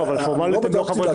לא, פורמלית הם לא חברי